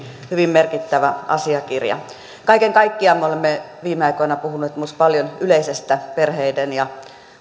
hyvin merkittävä asiakirja kaiken kaikkiaan me olemme viime aikoina puhuneet paljon myös yleisestä perheiden